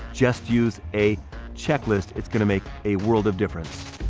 just use a checklist, it's gonna make a world of difference.